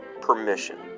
permission